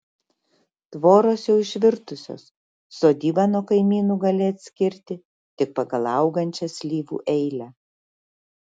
tvoros jau išvirtusios sodybą nuo kaimynų gali atskirti tik pagal augančią slyvų eilę